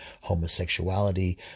homosexuality